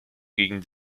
gegen